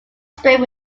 straight